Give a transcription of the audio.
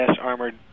armored